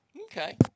Okay